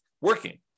working